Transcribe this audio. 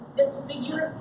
disfigure